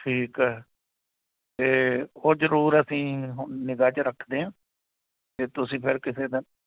ਠੀਕ ਆ ਅਤੇ ਉਹ ਜ਼ਰੂਰ ਅਸੀਂ ਨਿਗ੍ਹਾ 'ਚ ਰੱਖਦੇ ਹਾਂ ਅਤੇ ਤੁਸੀਂ ਫਿਰ ਕਿਸੇ ਦਿਨ